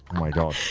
my god.